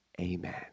Amen